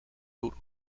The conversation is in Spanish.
duro